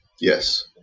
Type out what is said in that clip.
Yes